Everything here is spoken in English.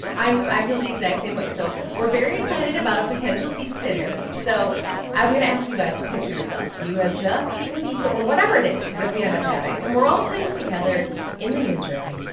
i feel the exact same way. so we're very excited about a potential pizza dinner. so i'm going to ask you guys to picture yourselves. you have just eaten pizza or whatever it is that we end up having. and we're all sitting together in the newsroom.